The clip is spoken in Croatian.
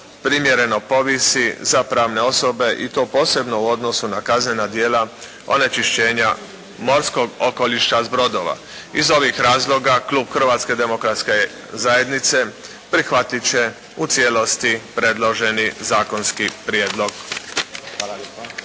primjereno povisi za pravne osobe i to posebno u odnosu na kaznena djela onečišćenja morskog okoliša s brodova. Iz ovih razloga klub Hrvatske demokratske zajednice prihvatit će u cijelosti predloženi zakonski prijedlog.